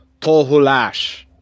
Tohulash